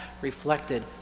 reflected